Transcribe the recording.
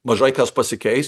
mažai kas pasikeis